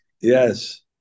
yes